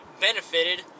benefited